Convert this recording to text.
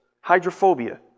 Hydrophobia